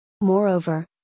Moreover